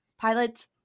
pilots